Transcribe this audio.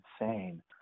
insane